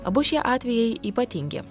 abu šie atvejai ypatingi